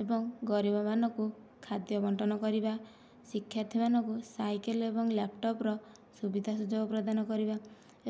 ଏବଂ ଗରିବମାନଙ୍କୁ ଖାଦ୍ୟ ବଣ୍ଟନ କରିବା ଶିକ୍ଷାର୍ଥୀମାନଙ୍କୁ ସାଇକେଲ୍ ଏବଂ ଲାପଟପ୍ର ସୁବିଧା ସୁଯୋଗ ପ୍ରଦାନ କରିବା